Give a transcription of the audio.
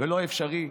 ולא אפשרי,